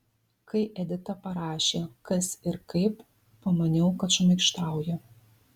kai edita parašė kas ir kaip pamaniau kad šmaikštauja